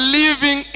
living